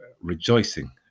rejoicing